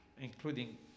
including